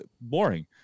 boring